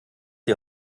die